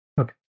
okay